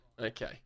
Okay